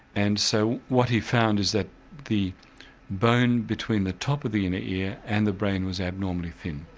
and so what he found is that the bone between the top of the inner ear and the brain was abnormally thin.